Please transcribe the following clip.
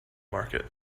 market